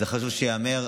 חשוב שזה ייאמר.